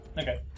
Okay